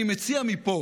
אני מציע מפה